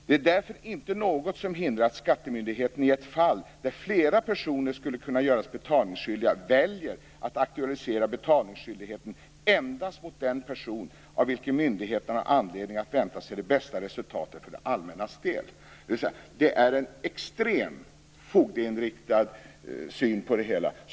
Det är därför inte något som hindrar att skattemyndigheten i ett fall där flera personer skulle kunna göras betalningsskyldiga väljer att aktualisera betalningsskyldigheten endast mot den person av vilken myndigheten har anledning att vänta sig det bästa resultatet för det allmännas del. Detta är alltså en extremt fogdeinriktad syn på det hela.